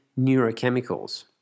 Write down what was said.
neurochemicals